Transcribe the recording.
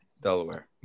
Delaware